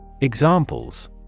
Examples